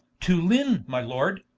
to lyn my lord,